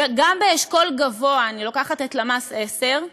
גם באשכול גבוה, ואני לוקחת את למ"ס 10,